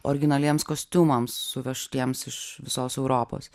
originaliems kostiumams suvežtiems iš visos europos